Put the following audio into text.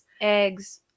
Eggs